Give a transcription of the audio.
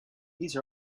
these